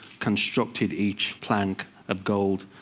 constructed each plank of gold.